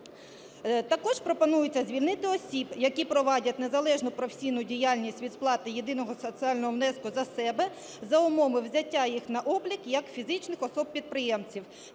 Також пропонується звільнити осіб, які провадять незалежну професійну діяльність від сплати єдиного соціального внеску за себе, за умови взяття їх на облік як фізичних осіб-підприємців